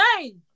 Hey